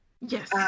Yes